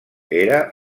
era